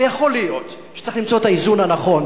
ויכול להיות שצריך למצוא את האיזון הנכון